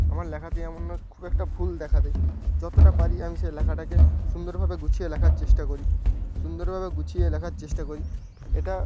আমার লেখাতে যেন না খুব একটা ভুল দেখা দেয় যতটা পারি আমি সেই লেখাটাকে সুন্দরভাবে গুছিয়ে লেখার চেষ্টা করি সুন্দরভাবে গুছিয়ে লেখার চেষ্টা করি এটা